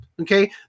Okay